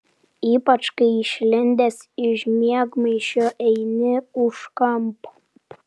ypač kai išlindęs iš miegmaišio eini už kampo